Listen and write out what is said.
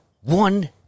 one